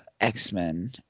X-Men